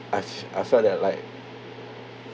I f~ I felt that like